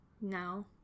No